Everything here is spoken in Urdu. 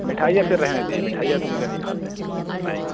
مٹھائیاں پھر رہنے دیجیے مٹھائیاں تو مجھے نہیں کھاتے ہیں میں نہیں کھاتا ہوں